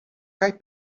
kaj